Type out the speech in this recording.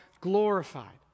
glorified